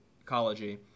ecology